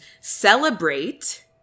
celebrate